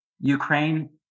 Ukraine